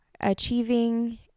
achieving